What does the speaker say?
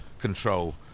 control